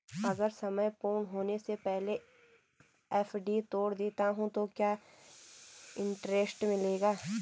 अगर समय पूर्ण होने से पहले एफ.डी तोड़ देता हूँ तो क्या इंट्रेस्ट मिलेगा?